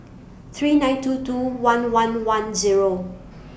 three nine two two one one one Zero